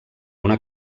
una